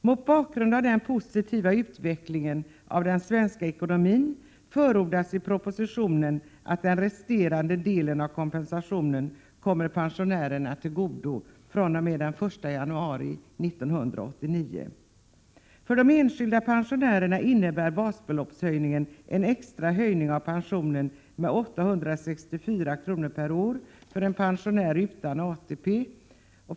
Mot bakgrund av den positiva utvecklingen av den svenska ekonomin förordas i propositionen att den resterande delen av kompensationen kommer pensionärerna till godo fr.o.m. den 1 januari 1989. För de enskilda pensionärerna innebär basbeloppshöjningen en extra höjning av pensionen med 864 kr. per år för en pensionär utan ATP.